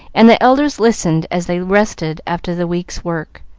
and the elders listened as they rested after the week's work.